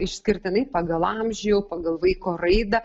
išskirtinai pagal amžių pagal vaiko raidą